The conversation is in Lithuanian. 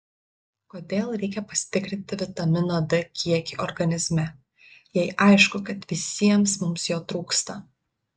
kodėl reikia pasitikrinti vitamino d kiekį organizme jei aišku kad visiems mums jo trūksta